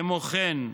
כמו כן,